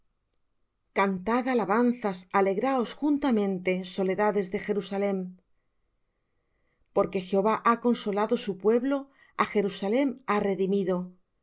cantad alabanzas alegraos juntamente soledades de jerusalem porque jehová ha consolado su pueblo á jerusalem ha redimido